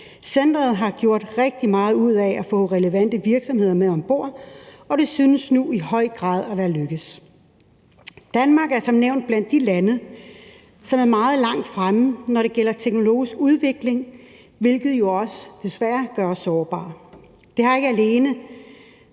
Centeret har gjort rigtig meget ud af at få relevante virksomheder med om bord, og det synes nu i høj grad at være lykkedes. Danmark er som nævnt blandt de lande, som er meget langt fremme, når det gælder teknologisk udvikling, hvilket jo desværre også gør os sårbare. Det har ikke alene